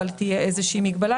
אבל תהיה איזושהי מגבלה,